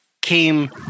came